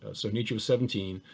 ah so nietzsche was seventeen,